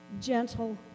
gentle